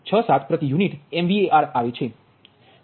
0067 પ્રતિ unit MVAr આવે છે